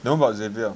then what about Xavier